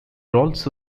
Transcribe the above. also